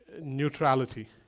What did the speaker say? neutrality